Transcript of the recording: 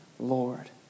Lord